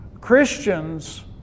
Christians